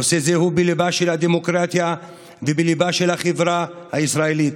נושא זה הוא בליבה של הדמוקרטיה ובליבה של החברה הישראלית,